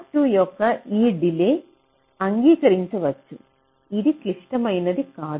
path 2 యొక్క ఈ delay అంగీకరించవచ్చు ఇది క్లిష్టమైనది కాదు